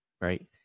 right